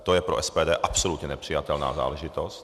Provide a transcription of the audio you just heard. To je pro SPD absolutně nepřijatelná záležitost.